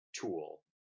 tool